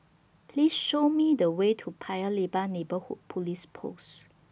Please Show Me The Way to Paya Lebar Neighbourhood Police Post